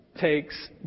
takes